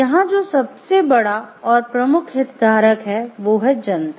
यहाँ जो सबसे बड़ा और प्रमुख हितधारक हैं वो है जनता